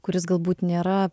kuris galbūt nėra